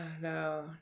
no